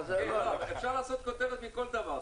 אפשר לעשות כותרת מכל דבר.